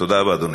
תודה רבה, אדוני.